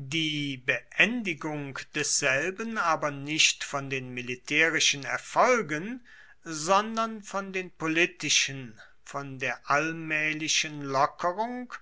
die beendigung desselben aber nicht von den militaerischen erfolgen sondern von den politischen von der allmaehlichen lockerung